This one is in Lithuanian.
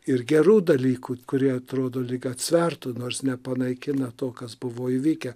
ir gerų dalykų kurie atrodo lyg atsvertų nors nepanaikina to kas buvo įvykę